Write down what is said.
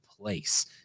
place